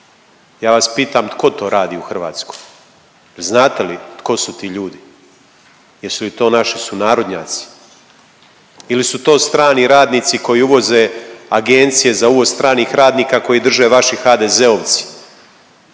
Ja vas pitam tko to radi u Hrvatskoj? Znate li tko su to ljudi? Jesu li to naši sunarodnjaci ili su to strani radnici koji uvoze agencije za uvoz stranih radnika koje drže vaši HDZ-ovci,